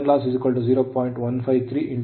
ಅಂದರೆ iron loss 0